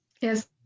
yes